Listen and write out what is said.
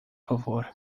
favor